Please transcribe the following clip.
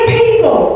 people